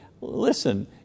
listen